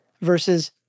versus